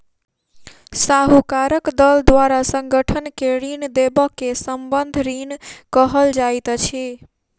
साहूकारक दल द्वारा संगठन के ऋण देबअ के संबंद्ध ऋण कहल जाइत अछि